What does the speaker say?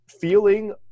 feeling